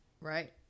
Right